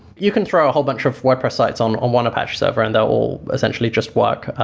you can throw a whole bunch of wordpress sites on on one apache server and they're all essentially just work.